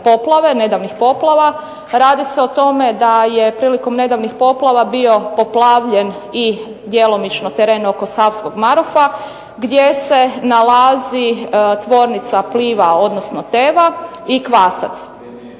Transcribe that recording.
poplave, nedavnih poplava, radi se o tome da je prilikom nedavnih poplava bio poplavljen i djelomično teren oko Savskog Marofa gdje se nalazi tvornica Pliva, odnosno Teva i Kvasac.